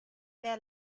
their